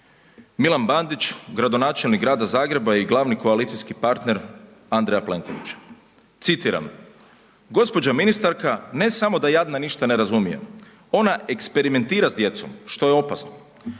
Milan Bandić, gradonačelnik grada Zagreba i glavni koalicijski partner Andreja Plenkovića, citiram: „Gđa. ministarka, ne samo da jadna ništa ne razumije, ona eksperimentira sa djecom što je opasno.